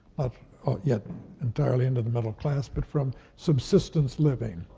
ah yet entirely into the middle class, but from subsistence living.